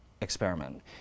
experiment